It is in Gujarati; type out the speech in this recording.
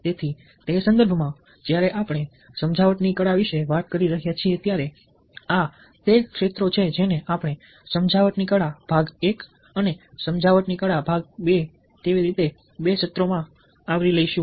તેથી તે સંદર્ભમાં જ્યારે આપણે સમજાવટની કળા વિશે વાત કરી રહ્યા છીએ ત્યારે આ તે ક્ષેત્રો છે જેને આપણે સમજાવટની કળા ભાગ 1 અને સમજાવટની કળા ભાગ 2 માં બે સત્રોમાં આવરી લઈશું